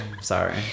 sorry